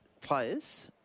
players